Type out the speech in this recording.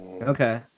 Okay